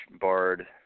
barred